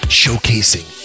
showcasing